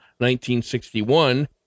1961